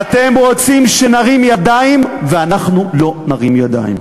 אתם רוצים שנרים ידיים, ואנחנו לא נרים ידיים.